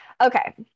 Okay